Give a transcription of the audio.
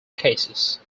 cases